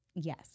Yes